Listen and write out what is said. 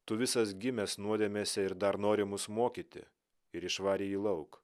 tu visas gimęs nuodėmėse ir dar nori mus mokyti ir išvarė jį lauk